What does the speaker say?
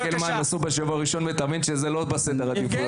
תסתכל מה הם עשו בשבוע הראשון ותבין שזה לא בראש סדר העדיפויות שלהם.